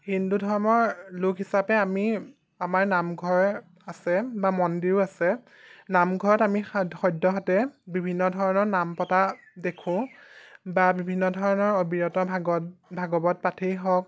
হিন্দু ধৰ্মৰ লোক হিচাপে আমি আমাৰ নামঘৰ আছে বা মন্দিৰো আছে নামঘৰত আমি সদ্যহতে বিভিন্ন ধৰণৰ নাম পতা দেখোঁ বা বিভিন্ন ধৰণৰ অবিৰত ভাগৱত ভাগৱত পাঠেই হওক